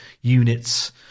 units